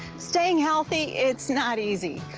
staying healthy, it's not easy.